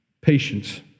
patience